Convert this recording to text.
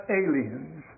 aliens